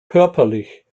körperlich